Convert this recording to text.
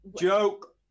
Joke